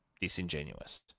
disingenuous